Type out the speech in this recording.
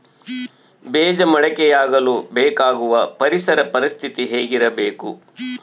ಬೇಜ ಮೊಳಕೆಯಾಗಲು ಬೇಕಾಗುವ ಪರಿಸರ ಪರಿಸ್ಥಿತಿ ಹೇಗಿರಬೇಕು?